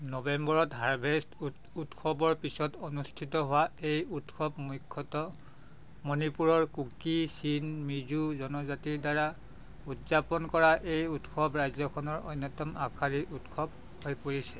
নৱেম্বৰত হাৰ্ভেষ্ট উৎ উৎসৱৰ পিছত অনুষ্ঠিত হোৱা এই উৎসৱ মুখ্যতঃ মণিপুৰৰ কুকি চীন মিজো জনজাতিৰদ্বাৰা উদযাপন কৰা এই উৎসৱ ৰাজ্যখনৰ অন্যতম আগশাৰীৰ উৎসৱ হৈ পৰিছে